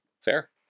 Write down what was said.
Fair